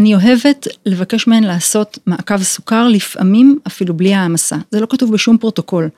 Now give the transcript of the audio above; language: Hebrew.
אני אוהבת, לבקש מהן לעשות, מעקב סוכר לפעמים, אפילו בלי העמסה, זה לא כתוב בשום פרוטוקול.